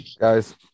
guys